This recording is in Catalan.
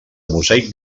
mosaic